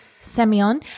Semyon